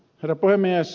herra puhemies